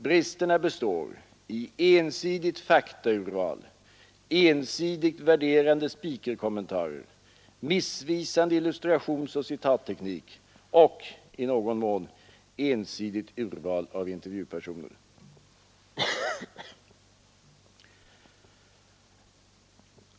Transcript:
Bristerna består i ensidigt faktaurval, ensidigt värderande speakerkommentarer, missvisande illustrationsoch citatteknik och — i någon mån — ensidigt urval av intervjupersoner.